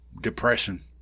depression